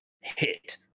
hit